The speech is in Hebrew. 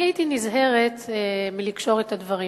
אני הייתי נזהרת מלקשור את הדברים.